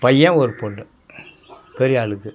பையன் ஒரு பொண்ணு பெரிய ஆளுக்கு